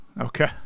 okay